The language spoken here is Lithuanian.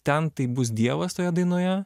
ten tai bus dievas toje dainoje